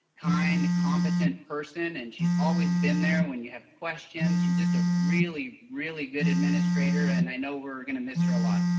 kind, competent, person and she's always been there when you have questions. she's just a really, really, good administrator. and i know we're gonna miss her a lot.